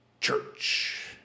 church